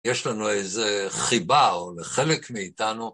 יש לנו איזו חיבה, או לחלק מאיתנו.